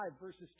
verses